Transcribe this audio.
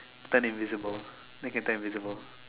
turn invisible then can turn invisible